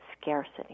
scarcity